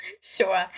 Sure